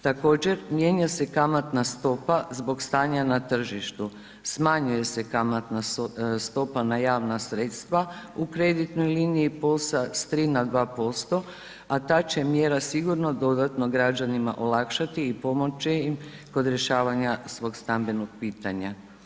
Također mijenja se kamatna stopa zbog stanja na tržištu, smanjuje se kamatna stopa na javna sredstva u kreditnoj liniji POS-a sa 3 na 2% a ta će mjera sigurno dodatno građanima olakšati i pomoći im kod rješavanja svog stambenog pitanja.